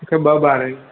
मूंखे ॿ ॿार आहिनि